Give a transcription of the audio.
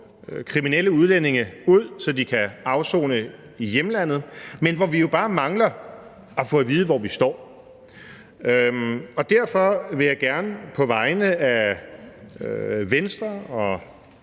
kriminelle udlændinge ud, så de kan afsone i hjemlandet, men hvor vi jo bare mangler at få at vide, hvor vi står. Og derfor vil jeg gerne på vegne af undertegnede